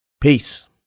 Peace